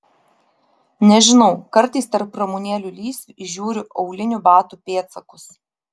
nežinau kartais tarp ramunėlių lysvių įžiūriu aulinių batų pėdsakus